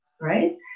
Right